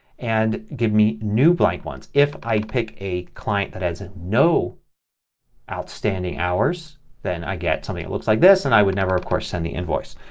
and give me new blank ones. if i pick a client that has ah no outstanding hours then i get something that looks like this and i would never, of course, send an invoice.